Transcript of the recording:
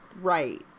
right